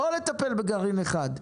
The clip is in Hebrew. לא לטפל בגרעין אחד.